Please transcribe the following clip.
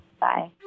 Bye